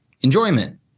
enjoyment